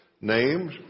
names